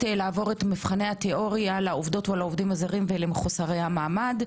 לעבור את מבחני התיאוריה לעובדות ולעובדים הזרים ולמחוסרי המעמד.